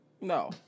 No